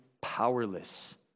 powerless